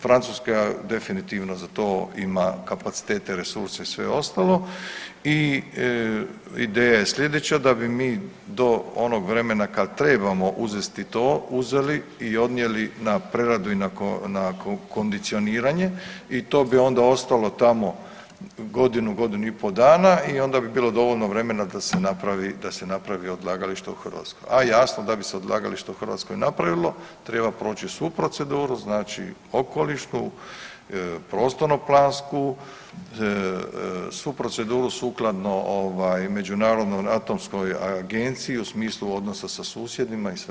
Francuska definitivno za to ima kapacitete, resurse i sve ostalo i ideja je sljedeća, da bi mi do onog vremena kad trebamo uzesti to uzeli i odnijeli na preradu i na kondicioniranje i to bi onda ostalo tamo godinu, godinu i po' dana i onda bi bilo dovoljno vremena da se napravi odlagalište u Hrvatskoj, a jasno da bi se odlagalište u Hrvatskoj napravilo, treba proći svu proceduru, znači okolišnu, prostorno-plansku, svu proceduru sukladno međunarodno atomskoj agenciji u smislu odnosa sa susjedima i sve ostalo.